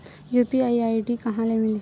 UPI ID कहां ले मिलही?